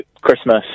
Christmas